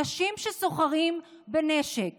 אנשים שסוחרים בנשק